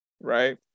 right